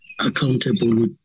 accountable